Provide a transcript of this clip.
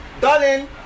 darling